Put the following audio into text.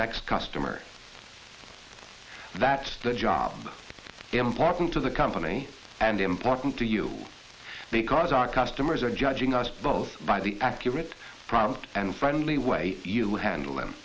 next customers that job important to the company and important to you because our customers are judging us both by the accurate prompt and friendly way you handle them